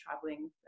traveling